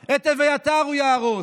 אביתר, את אביתר הוא יהרוס,